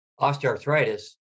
osteoarthritis